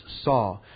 saw